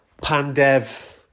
Pandev